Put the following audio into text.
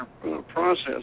process